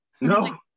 no